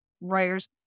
writers